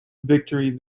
victory